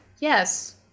Yes